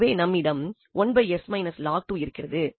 எனவே நம்மிடம் இருக்கிறது